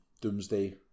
Doomsday